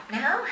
now